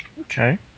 Okay